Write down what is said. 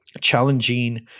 challenging